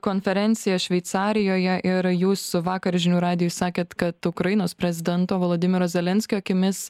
konferenciją šveicarijoje ir jūs vakar žinių radijui sakėt kad ukrainos prezidento volodimiro zelenskio akimis